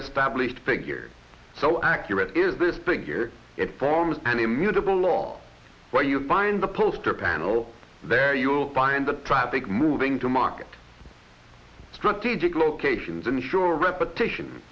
established figure so accurate is this thing here it forms an immutable law where you find the poster panel there you'll find the traffic moving to market strategic locations ensure repetition